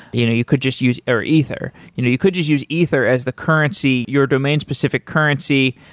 you know you could just use or ether. you know you could just use ether as the currency, your domain-specific currency.